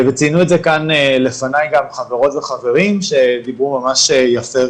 וציינו את זה כאן לפניי גם חברות וחברים שדיברו ממש יפה